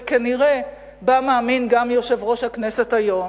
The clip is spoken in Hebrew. וכנראה בה מאמין גם יושב-ראש הכנסת היום,